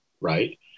right